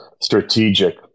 strategic